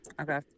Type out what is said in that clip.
Okay